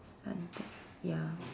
Suntec ya